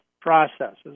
processes